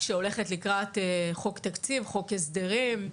שהולכת לקראת חוק תקציב, חוק הסדרים,